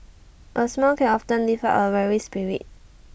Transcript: A smile can often lift up A weary spirit